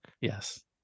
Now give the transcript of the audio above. Yes